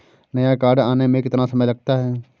नया कार्ड आने में कितना समय लगता है?